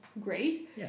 great